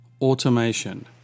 automation